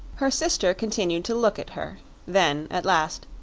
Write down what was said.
her sister continued to look at her then, at last,